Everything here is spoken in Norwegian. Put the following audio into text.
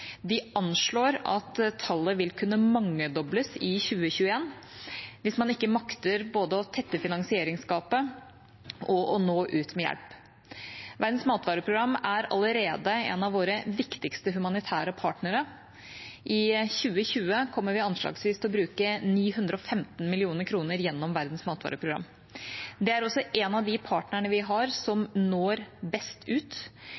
De anslår at tallet vil kunne mangedobles i 2021 hvis man ikke makter både å tette finansieringsgapet og å nå ut med hjelp. Verdens matvareprogram er allerede en av våre viktigste humanitære partnere. I 2020 kommer vi anslagsvis til å bruke 915 mill. kr gjennom Verdens matvareprogram. Det er også en av de partnerne vi har, som når best ut.